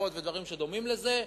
הרחבות ודברים שדומים לזה.